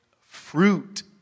Fruit